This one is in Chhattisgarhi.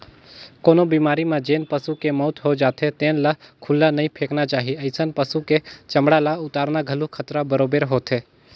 कोनो बेमारी म जेन पसू के मउत हो जाथे तेन ल खुल्ला नइ फेकना चाही, अइसन पसु के चमड़ा ल उतारना घलो खतरा बरोबेर होथे